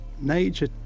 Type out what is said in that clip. Nature